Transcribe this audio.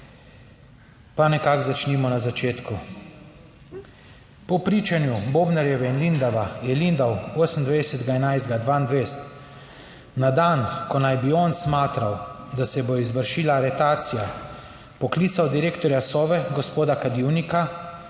Pa nekako začnimo na začetku. Po pričanju Bobnarjeve Lindava, je Lindav, 28. 11. 2022, na dan, ko naj bi on smatral, da se bo izvršila aretacija, poklical direktorja Sove gospoda Kadivnika